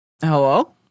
hello